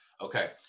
Okay